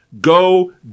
Go